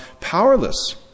powerless